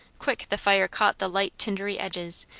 quick the fire caught the light tindery edges,